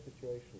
situation